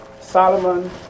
Solomon